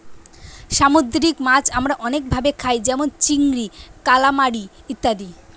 সামুদ্রিক মাছ আমরা অনেক ভাবে খাই যেমন চিংড়ি, কালামারী ইত্যাদি